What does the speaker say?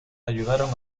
ayudaron